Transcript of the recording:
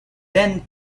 then